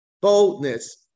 boldness